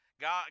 God